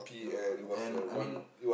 ya and I mean